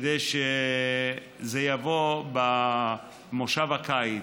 כדי שזה יבוא במושב הקיץ.